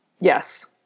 yes